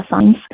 science